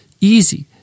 Easy